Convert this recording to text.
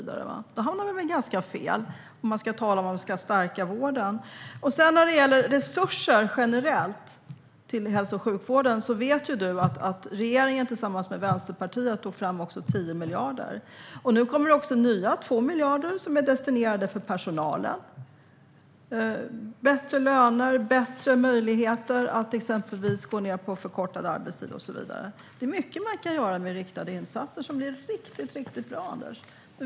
Då hamnar vi fel i talet om att stärka vården. När det gäller resurser generellt till hälso och sjukvården vet Anders W Jonsson att regeringen tillsammans med Vänsterpartiet tog fram 10 miljarder. Nu kommer det också nya 2 miljarder som är destinerade för personalen, till exempel bättre löner och bättre möjligheter att gå ned på förkortad arbetstid. Det är mycket som kan göras med riktade insatser som blir riktigt bra.